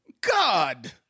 God